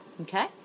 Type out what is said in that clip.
Okay